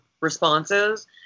responses